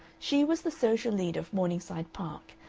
she was the social leader of morningside park,